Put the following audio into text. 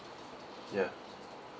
ya